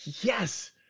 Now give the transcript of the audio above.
Yes